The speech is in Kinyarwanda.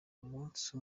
umunsi